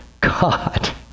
God